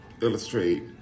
illustrate